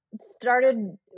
started